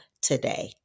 today